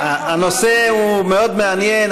הנושא הוא מאוד מעניין,